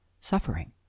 suffering